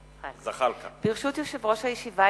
ברשות יושב-ראש הישיבה,